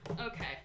Okay